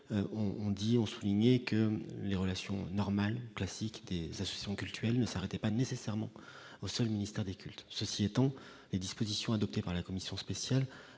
on dit, ont souligné que les relations normales classique des associations cultuelles ne s'arrêtait pas nécessairement au seul ministère des cultes, ceci étant et dispositions adoptées par la commission spéciale